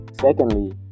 Secondly